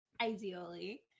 Ideally